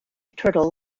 turtle